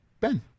Ben